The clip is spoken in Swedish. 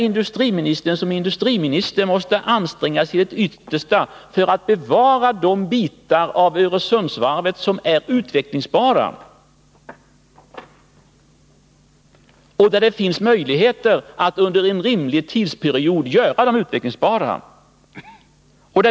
Industriministern måste anstränga sig till det yttersta för att bevara de bitar av Öresundsvarvet som är utvecklingsbara eller där det finns möjligheter att under en rimlig tidsperiod göra dem utvecklingsbara.